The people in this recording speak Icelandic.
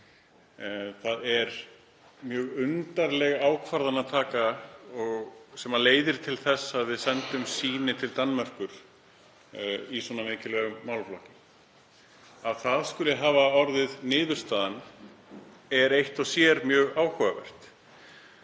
Það er mjög undarleg ákvörðunartaka sem leiðir til þess að við sendum sýni til Danmerkur í svona mikilvægum málaflokki. Að það skuli hafa orðið niðurstaðan er eitt og sér mjög áhugavert.